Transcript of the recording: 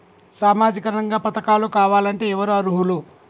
సామాజిక రంగ పథకాలు కావాలంటే ఎవరు అర్హులు?